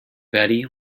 betty